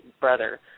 brother